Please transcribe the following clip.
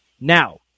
Now